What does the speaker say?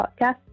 podcast